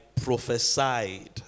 prophesied